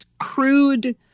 crude